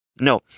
No